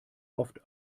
oft